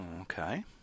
Okay